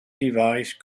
device